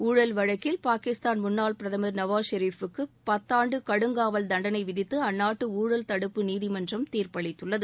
ஊழல் வழக்கில் பாகிஸ்தான் முன்னாள் பிரதமர் நவாஸ் ஷெரீஃபுக்கு பத்தாண்டு கடுங்காவல் தண்டனை விதித்து அந்நாட்டு ஊழல் தடுப்பு நீதிமன்றம் தீர்ப்பளித்துள்ளது